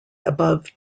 above